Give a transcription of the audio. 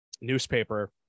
newspaper